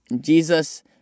Jesus